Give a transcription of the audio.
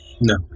no